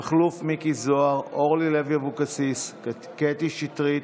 מכלוף מיקי זוהר, אורלי לוי אבקסיס, קטי שטרית,